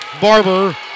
Barber